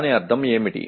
దాని అర్థం ఏమిటి